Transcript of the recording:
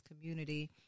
community